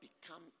become